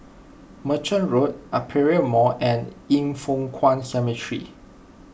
Merchant Road Aperia Mall and Yin Foh Kuan Cemetery